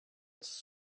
its